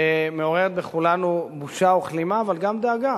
שמעוררת בכולנו בושה וכלימה, אבל גם דאגה,